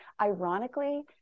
ironically